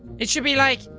it should be like.